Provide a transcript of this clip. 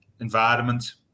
environment